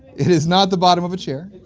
it is not the bottom of a chair.